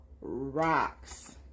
Rocks